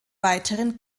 weiteren